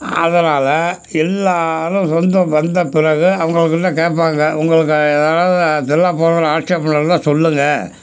அதனால் எல்லாரும் சொந்தம் வந்த பிறகு அவங்க அவங்கள்ட்ட கேட்பாங்க உங்களுக்கு எதாவது திருவிழா போடுறதுல ஆட்சேபனை இருந்தால் சொல்லுங்கள்